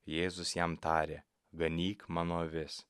jėzus jam tarė ganyk mano avis